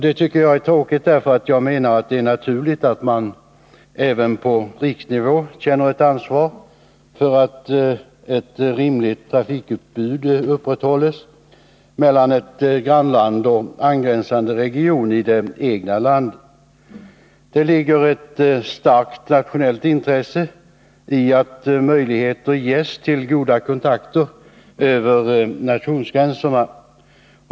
Detta tycker jag är tråkigt — jag menar att det är naturligt att man även på riksnivå känner ett ansvar för att ett rimligt trafikutbud upprätthålls mellan ett grannland och angränsande region i det egna landet. Det ligger ett starkt nationellt intresse i att möjligheter ges till goda kontakter över nationsgränserna.